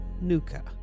Nuka